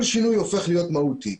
כל שינוי הופך להיות מהותי.